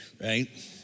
right